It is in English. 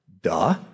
duh